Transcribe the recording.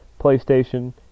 PlayStation